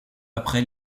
après